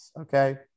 Okay